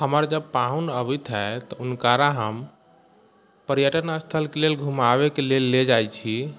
हमर जब पाहुन अबैत हइ तऽ हुनकारा हम पर्यटन स्थलके लेल घूमाबय के लेल ले जाइ छी